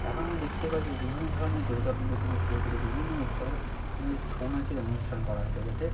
এখন আমি দেখতে পাই যে বিভিন্ন ধরনের দুর্গা পুজো থেকে শুরু করে বিভিন্ন উৎসবে মানে ছৌ নাচের অনুষ্ঠান করা হয়ে থাকে যাতে